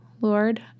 Lord